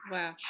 Wow